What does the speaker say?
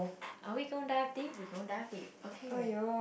are we gonna dive deep we gonna dive deep okay